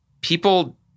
people